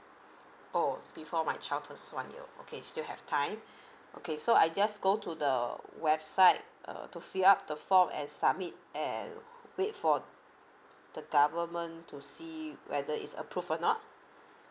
oh before my child turns one years old okay still have time okay so I just go to the website uh to fill up the form and summit and wait for the government to see whether is approve or not